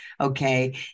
Okay